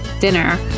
dinner